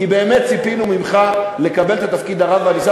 כי באמת ציפינו ממך לקבל את התפקיד הרם והנישא.